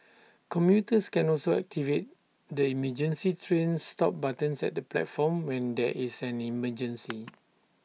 commuters can also activate the emergency train stop buttons at the platforms when there is an emergency